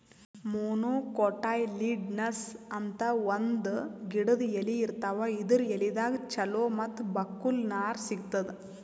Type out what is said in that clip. monocotyledonous ಅಂತ್ ಒಂದ್ ಗಿಡದ್ ಎಲಿ ಇರ್ತಾವ ಇದರ್ ಎಲಿದಾಗ್ ಚಲೋ ಮತ್ತ್ ಬಕ್ಕುಲ್ ನಾರ್ ಸಿಗ್ತದ್